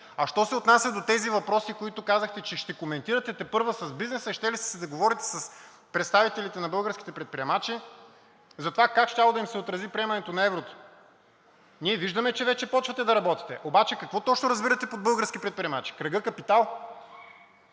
А що се отнася до тези въпроси, за които казахте, че ще коментирате тепърва с бизнеса – щели сте да говорите с представителите на българските предприемачи за това как щяло да им се отрази приемането на еврото, ние виждаме, че вече почвате да работите. Какво точно разбирате под български предприемачи – кръгът „Капитал“,